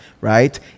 right